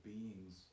beings